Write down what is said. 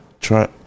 try